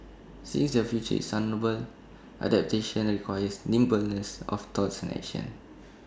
since the future is unknowable adaptation requires nimbleness of thoughts and action